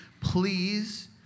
Please